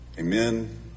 Amen